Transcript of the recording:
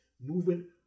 moving